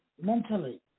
Mentally